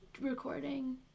recording